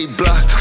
block